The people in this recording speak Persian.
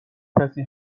کسی